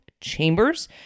chambers